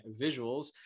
visuals